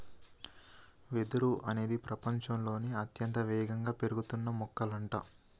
వెదురు అనేది ప్రపచంలోనే అత్యంత వేగంగా పెరుగుతున్న మొక్కలంట